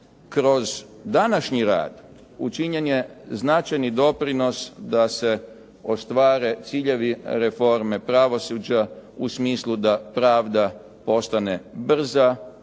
kroz današnji rad učinjen je značajni doprinos da se ostvare ciljevi reforme pravosuđa u smislu da pravda postane brza,